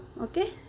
okay